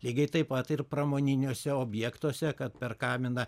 lygiai taip pat ir pramoniniuose objektuose kad per kaminą